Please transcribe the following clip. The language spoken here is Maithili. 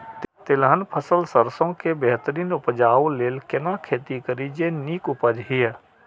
तिलहन फसल सरसों के बेहतरीन उपजाऊ लेल केना खेती करी जे नीक उपज हिय?